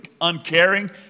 uncaring